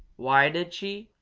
why did she?